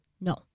No